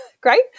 great